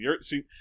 See